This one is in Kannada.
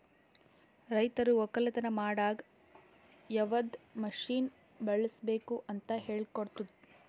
ರೈತರು ಒಕ್ಕಲತನ ಮಾಡಾಗ್ ಯವದ್ ಮಷೀನ್ ಬಳುಸ್ಬೇಕು ಅಂತ್ ಹೇಳ್ಕೊಡ್ತುದ್